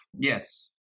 yes